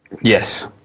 yes